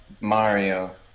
Mario